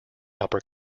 upper